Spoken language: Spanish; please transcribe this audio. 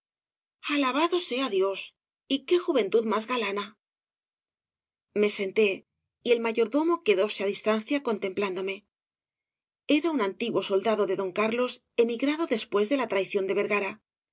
alabado sea dios y qué juventud más galanal me senté y el mayordomo quedóse á distancia contemplándome era un antiguo soldado de don carlos emigrado después de la traición de vergara